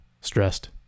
stressed